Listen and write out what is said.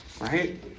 right